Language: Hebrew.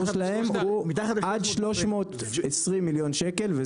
שלהן הוא עד 320 מיליון שקל בשנת 2021,